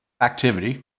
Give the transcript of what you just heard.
activity